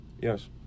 yes